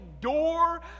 door